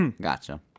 Gotcha